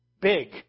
Big